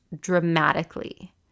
dramatically